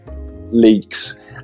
leaks